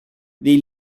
dei